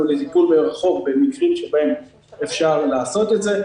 לטיפול מרחוק במקרים שבהם אפשר לעשות את זה,